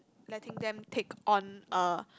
letting them take on uh